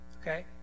okay